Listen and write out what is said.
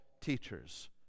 teachers